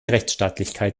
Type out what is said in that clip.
rechtsstaatlichkeit